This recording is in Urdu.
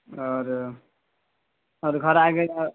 اور اور گھر آئیں گے تو